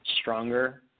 stronger